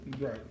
Right